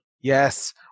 Yes